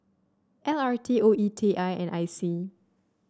L R T O E T I and I C